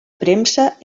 premsa